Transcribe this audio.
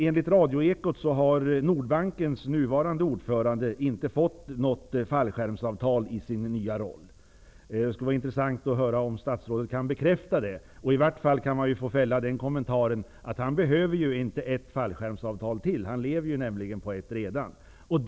Enligt radio-Ekot har Nordbankens nuvarande ordförande inte fått något fallskärmsavtal i sin nya roll. Det skulle vara intressant att höra om statsrådet kan bekräfta det. Man kan i alla fall fälla kommentaren att Nordbankens ordförande inte behöver ytterligare ett fallskärmsavtal. Han lever nämligen redan på ett sådant avtal.